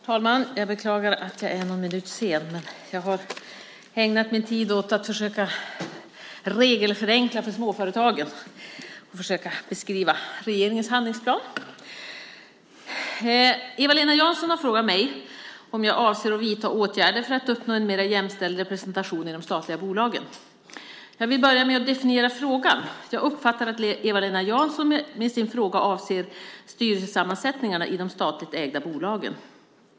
Herr talman! Jag beklagar att jag är någon minut sen. Jag har ägnat mig åt att försöka regelförenkla för småföretagen och beskriva regeringens handlingsplan. Eva-Lena Jansson har frågat mig om jag avser att vidta åtgärder för att uppnå en mer jämställd representation i de statliga bolagen. Jag vill börja med att definiera frågan. Jag uppfattar att Eva-Lena Jansson med sin fråga avser styrelsesammansättningarna i de statligt ägda bolagen.